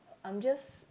I'm just